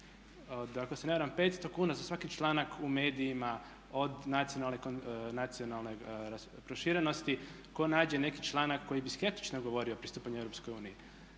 da ako se ne varam 500 kn za svaki članak u medijima od nacionalne proširenosti. Tko nađe neki članak koji diskretično govori o pristupanju EU